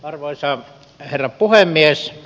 arvoisa herra puhemies